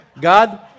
God